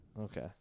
Okay